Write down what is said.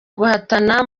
guhatana